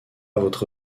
votre